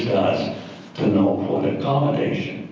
us to know what accommodation,